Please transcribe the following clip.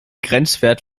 grenzwert